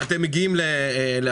אתם מגיעים להסכמות.